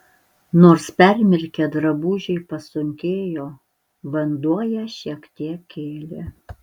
nors permirkę drabužiai pasunkėjo vanduo ją šiek tiek kėlė